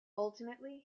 ultimately